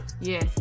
Yes